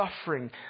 suffering